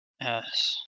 Yes